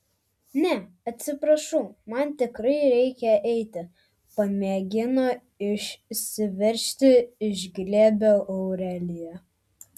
ne atsiprašau man tikrai reikia eiti pamėgino išsiveržti iš glėbio aurelija